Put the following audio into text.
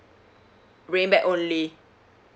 bringing back only